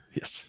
yes